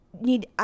need